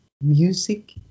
music